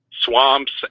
swamps